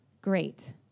Great